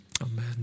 Amen